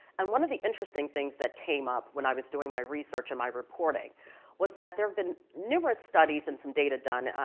and one of the interesting things that came up when i was doing my research and my reporting was that there had been numerous studies and some data done,